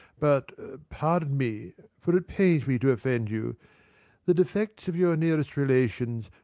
but pardon me for it pains me to offend you the defects of your nearest relations,